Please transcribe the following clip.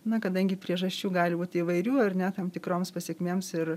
na kadangi priežasčių gali būti įvairių ar ne tam tikroms pasekmėms ir